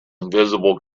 invisible